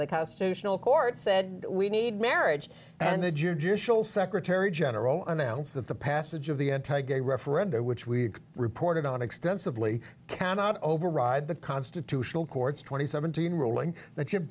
the constitutional court said we need marriage and this year jewish will secretary general announce that the passage of the anti gay referenda which we reported on extensively cannot override the constitutional court's twenty seventeen ruling that you've